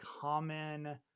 common